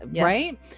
right